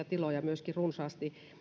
tiloja runsaasti siis sisäilmaongelmaisia